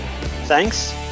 Thanks